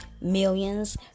millions